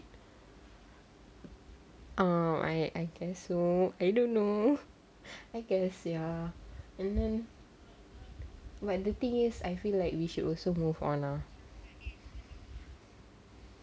I I guess so I don't know I guess ya and then but the thing is I feel like we should also move on lah